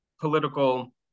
political